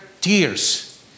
tears